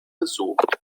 besucht